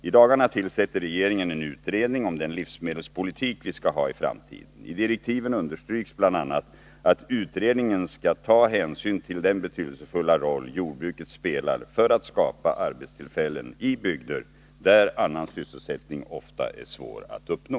I dagarna tillsätter regeringen en utredning om den livsmedelspolitik vi skall ha i framtiden. I direktiven understryks bl.a. att utredningen skall ta hänsyn till den betydelsefulla roll jordbruket spelar för att skapa arbetstillfällen i bygder där annan sysselsättning ofta är svår att uppnå.